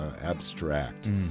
abstract